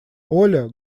оля